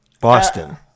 Boston